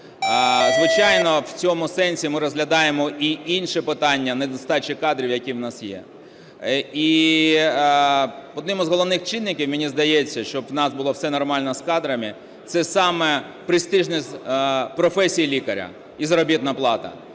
Звичайно, в цьому сенсі ми розглядаємо і інше питання – недостача кадрів, які у нас є. І одним із головних чинників, мені здається, щоб у нас було все нормально з кадрами – це саме престижність професії лікаря і заробітна плата.